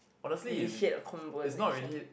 initiate a conversation